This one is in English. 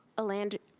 elandria?